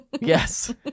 Yes